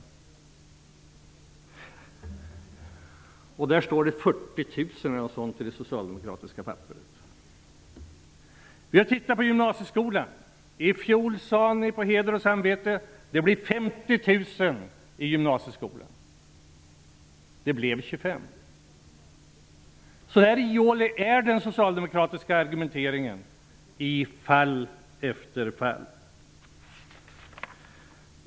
I det socialdemokratiska pappret står det att 40 000, eller någonting sådant, skulle omfattas. Vi har tittat på gymnasieskolan. I fjol sade ni på heder och samvete att det blir 50 000 platser i gymnasieskolan. Det blev 25 000. Så ihålig är den socialdemokratiska argumenteringen i fall efter fall.